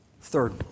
Third